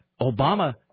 obama